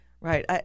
right